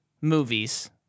movies